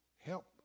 Help